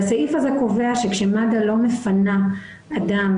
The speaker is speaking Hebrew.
והסעיף הזה קובע שכשמד"א לא מפנה אדם